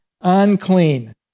unclean